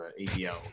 ADL